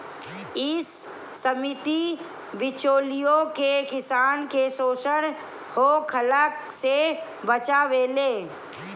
इ समिति बिचौलियों से किसान के शोषण होखला से बचावेले